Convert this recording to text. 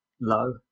low